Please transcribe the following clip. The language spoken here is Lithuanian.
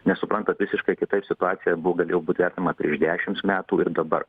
nes suprantat visiškai kitaip situacija galėjo būt vertinama prieš dešims metų ir dabar